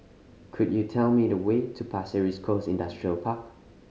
could you tell me the way to Pasir Ris Coast Industrial Park